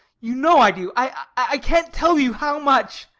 you know i do. i i can't tell you how much.